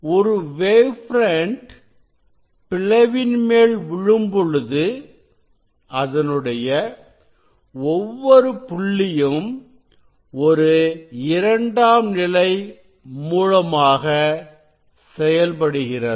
ஒரு wave front பிளவின் மீது விழும் பொழுது அதனுடைய ஒவ்வொரு புள்ளியும் ஒரு இரண்டாம் நிலை மூலமாக செயல்படுகிறது